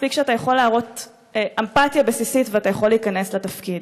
מספיק שאתה יכול להראות אמפתיה בסיסית ואתה יכול להיכנס לתפקיד.